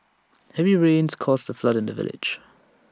heavy rains caused A flood in the village